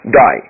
die